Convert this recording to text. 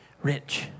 Rich